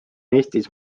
eestis